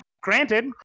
Granted